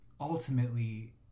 ultimately